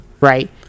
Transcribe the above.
right